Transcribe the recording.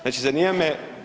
Znači zanima me